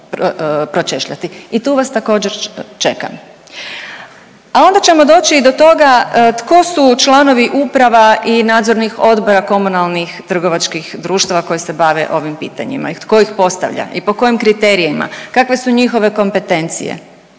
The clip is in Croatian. I tu vas također, čeka. A onda ćemo doći i do toga tko su članovi uprava i nadzornih odbora komunalnih trgovačkih društava koje se bave ovim pitanjima i tko ih postavlja i po kojim kriterijima, kakve su njihove kompetencije.